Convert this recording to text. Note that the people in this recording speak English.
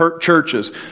churches